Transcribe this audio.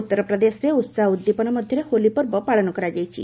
ଉତ୍ତର ପ୍ରଦେଶରେ ଉହାହ ଓ ଉଦ୍ଦୀପନା ମଧ୍ୟରେ ହୋଲି ପର୍ବ ପାଳନ କରାଯାଇଛି